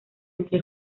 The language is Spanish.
entre